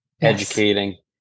educating